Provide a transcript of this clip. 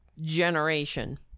generation